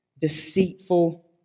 deceitful